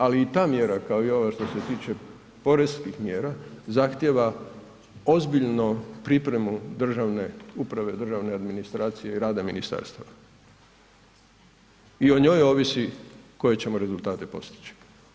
Ali i ta mjera kao i ova što se tiče poreskih mjera zahtjeva ozbiljnu pripremu državne uprave, državne administracije i rada ministarstava i o njoj ovisi koje ćemo rezultate postići.